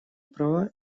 права